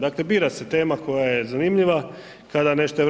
Dakle, bira se tema koja je zanimljiva, kada nešto EU